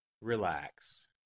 Relax